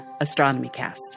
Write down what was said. Astronomycast